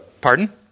Pardon